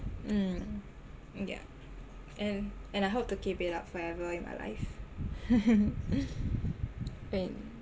mm yah and and I hope to keep it up forever in my life